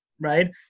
right